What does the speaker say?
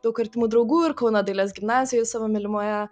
daug artimų draugų ir kauno dailės gimnazijoj savo mylimoje